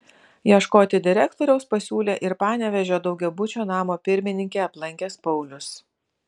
ieškoti direktoriaus pasiūlė ir panevėžio daugiabučio namo pirmininkę aplankęs paulius